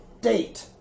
Date